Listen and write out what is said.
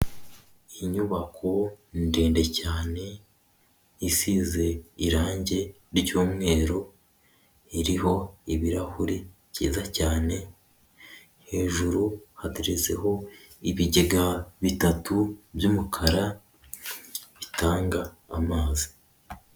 Iyi nyubako ndende cyane isize irangi ry'mweru iriho ibirahuri byiza cyane, hejuru hateretseho ibigega bitatu by'umukara bitanga amazi.